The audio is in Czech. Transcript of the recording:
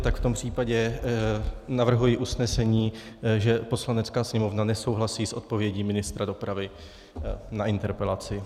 Tak v tom případě navrhuji usnesení, že Poslanecká sněmovna nesouhlasí s odpovědí ministra dopravy na interpelaci.